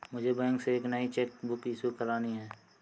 मुझे बैंक से एक नई चेक बुक इशू करानी है